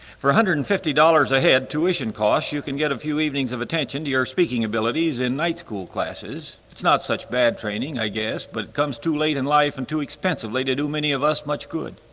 for a hundred and fifty dollars a head tuition costs you can get a few evenings of attention to your speaking abilities in night school classes. it's not such bad training, i guess, but it comes too late in life and too expensively to do many of us much good.